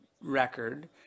record